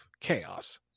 chaos